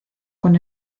con